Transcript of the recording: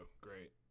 Great